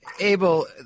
Abel